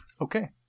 okay